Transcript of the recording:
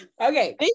okay